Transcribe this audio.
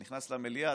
אתה נכנס למליאה,